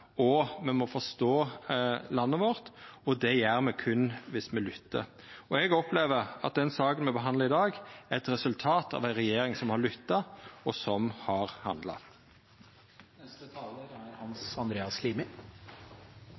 gjer me berre dersom me lyttar. Eg opplever at den saka me behandlar i dag, er eit resultat av at me har ei regjering som har lytta, og som har